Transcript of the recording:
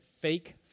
fake